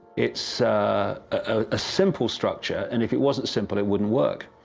it's a simple structure and if it wasn't simple it wouldn't work.